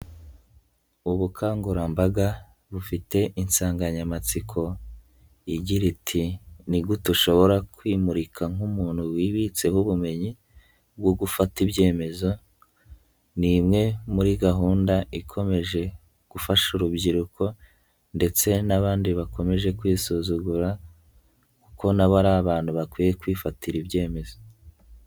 Ubukangurambaga bufite insanganyamatsiko igira iti: "Ni gute ushobora kwimurika nk'umuntu wibitseho ubumenyi bwo gufata ibyemezo", ni imwe muri gahunda ikomeje gufasha urubyiruko ndetse n'abandi bakomeje kwisuzugura kuko na bo ari abantu bakwiye kwifatira ibyemezo.